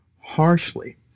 harshly